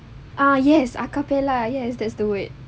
ah yes acappella yes that's the word